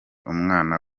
umwana